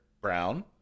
brown